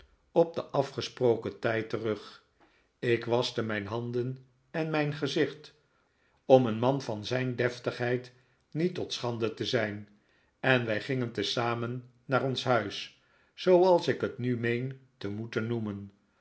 mijn onzekerden afgesproken tijd terug ik waschte mijn handen en mijn gezicht om een man van zijn deftigheid niet tot schande te zijn en wij gingen tezamen naar ons huis zooals ik het nu meen te moeten noemen